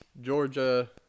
Georgia